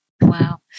Wow